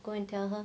go and tell her